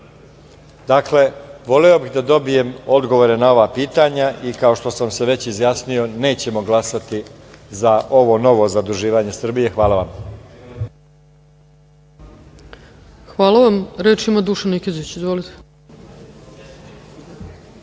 voleo bih da dobijem odgovore na ova pitanja i kao što sam se već izjasnio nećemo glasati za ovo novo zaduživanje Srbije. Hvala vam. **Ana Brnabić** Hvala vam. Reč ima Dušan Nikezić. Izvolite.